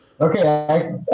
Okay